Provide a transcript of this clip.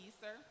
sir